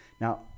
Now